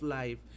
life